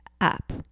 up